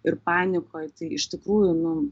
ir panikoj tai iš tikrųjų nu